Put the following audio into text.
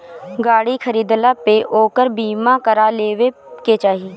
गाड़ी खरीदला पे ओकर बीमा करा लेवे के चाही